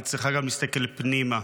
היא צריכה להסתכל גם פנימה,